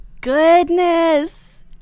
goodness